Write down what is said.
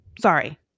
Sorry